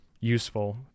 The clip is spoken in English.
useful